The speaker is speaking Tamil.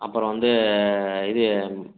அப்புறம் வந்து இது